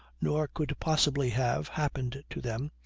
nor could possibly have, happened to them,